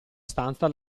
stanza